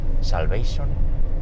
salvation